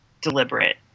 deliberate